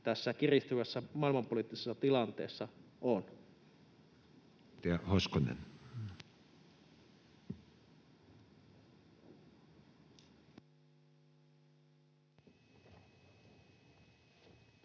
tässä kiristyvässä maailmanpoliittisessa tilanteessa ovat.